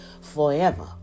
forever